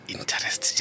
Interest